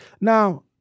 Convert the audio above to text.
Now